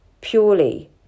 purely